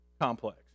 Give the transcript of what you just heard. complex